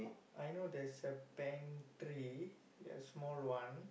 I know there is a pantry small one